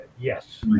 Yes